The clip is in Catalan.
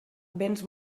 béns